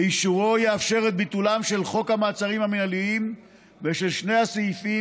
ואישורו יאפשר את ביטולם של חוק המעצרים המינהליים ושל שני הסעיפים